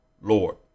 Lord